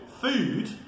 food